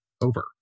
over